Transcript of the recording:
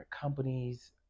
companies